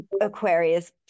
Aquarius